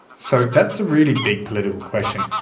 so that's a really big political question.